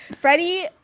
Freddie